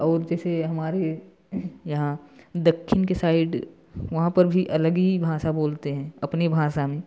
और जैसे हमारे यहाँ दक्षिण के साइड वहाँ पर भी अलग ही भाषा बोलते हैं अपनी भाषा में